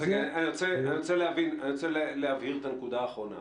אני רוצה להבהיר את הנקודה האחרונה.